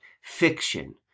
fiction